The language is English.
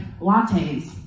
lattes